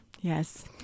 Yes